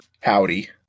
Howdy